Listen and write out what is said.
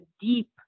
deep